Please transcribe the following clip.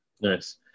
Nice